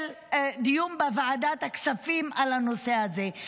דיון בוועדת הכספים בנושא הזה.